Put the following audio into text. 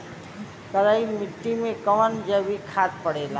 करइल मिट्टी में कवन जैविक खाद पड़ेला?